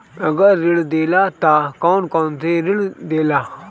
अगर ऋण देला त कौन कौन से ऋण देला?